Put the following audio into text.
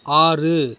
ஆறு